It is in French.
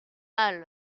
mal